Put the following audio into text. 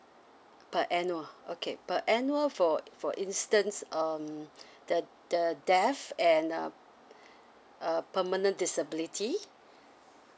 per annual okay per annual for for instance um the the death and uh uh permanent disability